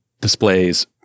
displays